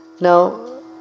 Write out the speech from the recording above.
Now